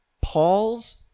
Paul's